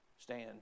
Stand